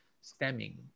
stemming